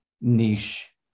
niche